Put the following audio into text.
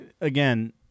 again